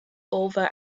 over